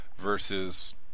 versus